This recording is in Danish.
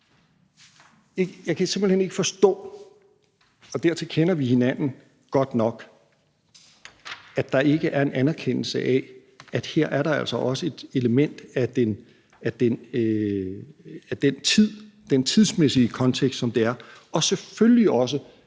jeg kan simpelt hen ikke forstå, og dertil kender vi hinanden godt nok, at der ikke er en anerkendelse af, at her er der altså også et element af den tidsmæssige kontekst, som det er, og selvfølgelig også